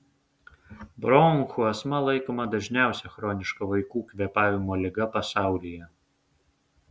bronchų astma laikoma dažniausia chroniška vaikų kvėpavimo liga pasaulyje